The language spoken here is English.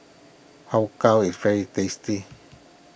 Har Kow is very tasty